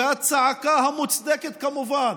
והצעקה, המוצדקת, כמובן,